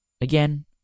Again